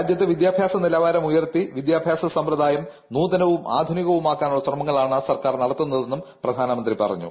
രാജ്യത്തെ വിദ്യാഭ്യാസ നിലവാരമുയർത്തി വിദ്യാഭ്യാസ സമ്പ്രദായം നൂതനവും ആധുനികവുമാക്കാനുള്ള ശ്രമങ്ങളാണ് സർക്കാർ നടത്തുന്നതെന്നും പ്രധാനമന്ത്രി പറഞ്ഞു